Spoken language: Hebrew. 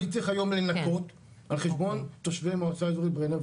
אני היום צריך לנקות על חשבון תושבי מועצה אזורית ברנר,